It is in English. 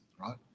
right